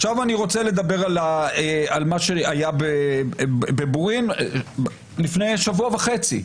עכשיו אני רוצה לדבר על מה שהיה בבורין לפני שבוע וחצי.